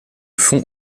fonds